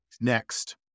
next